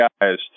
guys